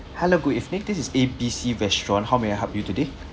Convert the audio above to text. hello good evening this is A B C restaurant how may I help you today